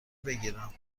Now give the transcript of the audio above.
بگیرم